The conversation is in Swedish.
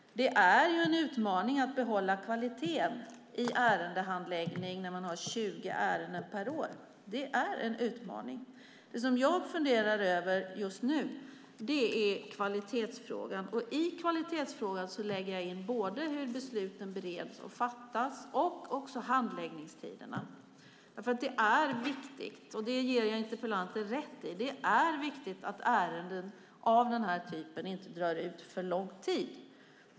Det är en utmaning att behålla kvaliteten i ärendehandläggningen när man har 20 ärenden per år. Det som jag funderar över just nu är kvalitetsfrågan. I kvalitetsfrågan lägger jag in både hur besluten bereds och fattas och handläggningstiderna. Jag ger interpellanten rätt i att det är viktigt att ärenden av denna typ inte drar ut på tiden för mycket.